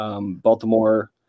Baltimore